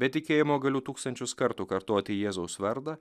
be tikėjimo galiu tūkstančius kartų kartoti jėzaus vardą